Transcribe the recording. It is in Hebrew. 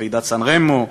בוועידת סן-רמו,